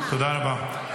--- להוריד את הרמה.